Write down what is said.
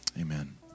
Amen